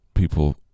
People